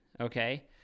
okay